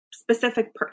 specific